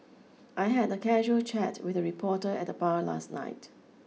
I had a casual chat with a reporter at the bar last night